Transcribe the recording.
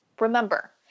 Remember